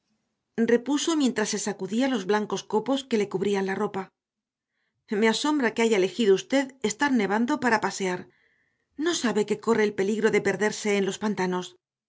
repuso mientras se sacudía los blancos copos que le cubrían la ropa me asombra que haya elegido usted estar nevando para pasear no sabe que corre el peligro de perderse en los pantanos